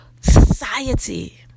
society